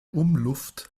umluft